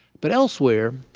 but elsewhere,